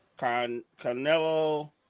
Canelo